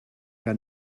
que